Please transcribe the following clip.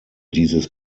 dieses